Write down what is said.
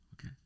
okay